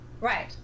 Right